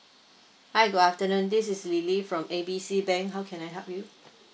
hi good afternoon this is lily from A B C bank how can I help you